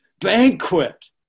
banquet